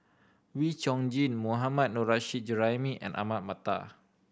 Wee Chong Jin Mohammad Nurrasyid Juraimi and Ahmad Mattar